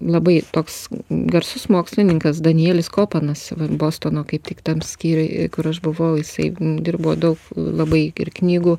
labai toks garsus mokslininkas danielis kopanas bostono kaip tik tam skyriui kur aš buvau jisai dirbo daug labai ir knygų